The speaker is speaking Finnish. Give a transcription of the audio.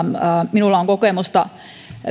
minulla on kokemusta